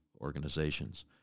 organizations